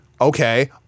Okay